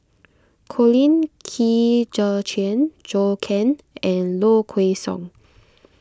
Colin Qi Zhe Quan Zhou Can and Low Kway Song